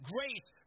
Grace